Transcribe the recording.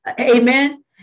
Amen